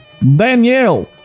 Danielle